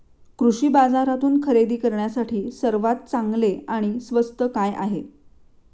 कृषी बाजारातून खरेदी करण्यासाठी सर्वात चांगले आणि स्वस्त काय आहे?